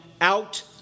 out